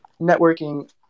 networking